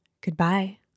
Goodbye